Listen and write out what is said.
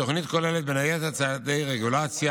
התוכנית כוללת בין היתר צעדי רגולציה